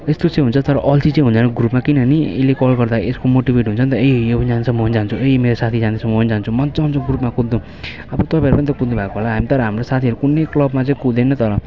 यस्तो चाहिँ हुन्छ तर अल्छी चाहिँ हुँदैन ग्रुपमा किनभने यसले कल गर्दा यसको मोटिभेट हुन्छ नि त ए यो पनि जान्छ म पनि जान्छु ए मेरो साथी जाँदैछ म पनि जान्छु मज्जा आउँछ ग्रुपमा कुद्नु अब तपाईँहरू पनि त कुद्नु भएको होला तर हाम्रो साथीहरू कुनै क्लबमा चाहिँ कुदेन तर